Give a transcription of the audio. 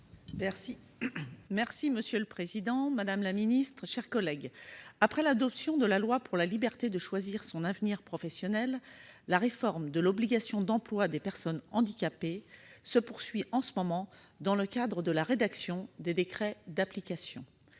des personnes handicapées. Madame la secrétaire d'État, après l'adoption de la loi pour la liberté de choisir son avenir professionnel, la réforme de l'obligation d'emploi des personnes handicapées se poursuit en ce moment dans le cadre de la rédaction des décrets d'application,